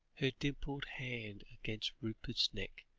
her dimpled hand against rupert's neck,